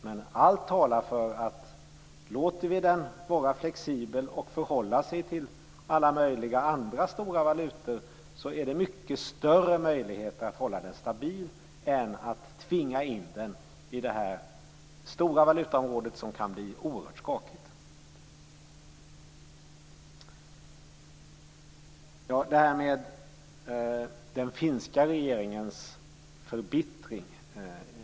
Men allt talar för att om vi låter den vara flexibel och låter den anpassa sig till alla andra möjliga stora valutor finns det mycket större möjligheter att hålla den stabil än genom att tvinga in den i det här stora valutaområdet, som kan bli oerhört skakigt. Carl B Hamilton talar om den finska regeringens förbittring.